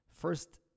first